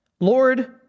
Lord